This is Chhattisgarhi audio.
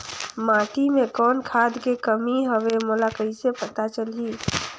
माटी मे कौन खाद के कमी हवे मोला कइसे पता चलही?